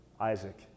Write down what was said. Isaac